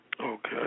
Okay